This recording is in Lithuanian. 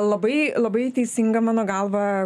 labai labai teisinga mano galva